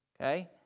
Okay